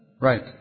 Right